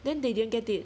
then they didn't get it